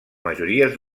majories